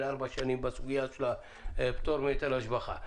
ארבע שנים בסוגיה של הפטור מהיטל השבחה.